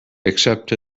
except